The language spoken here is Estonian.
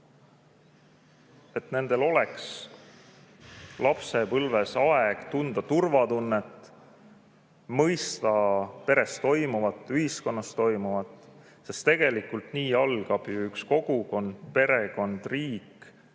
et nendel oleks lapsepõlves aeg tunda turvatunnet, mõista peres toimuvat, ühiskonnas toimuvat. Sest tegelikult nii algab ju üks kogukond, perekond, riik.